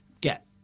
get